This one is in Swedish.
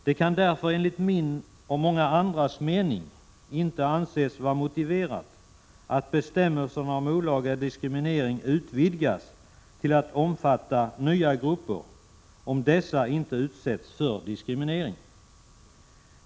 Det kan därför enligt min och många andras mening inte anses vara motiverat att bestämmelserna om olaga diskriminering utvidgas till att omfatta nya grupper om dessa inte utsätts för diskriminering.